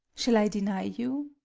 shall i deny you?